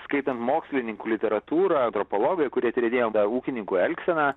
skaitant mokslininkų literatūrą antropologai kurie tyrinėjo ūkininkų elgseną